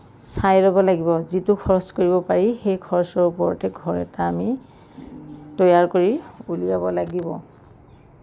চাই ল'ব লাগিব যিটো খৰচ কৰিব পাৰি সেই খৰচৰ ওপৰতহে ঘৰ এটা আমি তৈয়াৰ কৰি উলিয়াব লাগিব